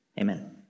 Amen